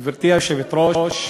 גברתי היושבת-ראש,